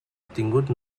obtingut